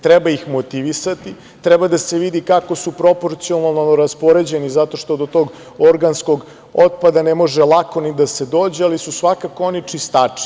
Treba ih motivisati, treba da se vidi kako su proporcionalno raspoređeni zato što do tog organskog otpada ne može lako da se dođe, ali su svakako oni čistači.